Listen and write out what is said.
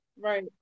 Right